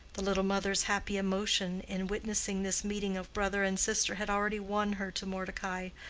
the little mother's happy emotion in witnessing this meeting of brother and sister had already won her to mordecai,